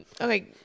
Okay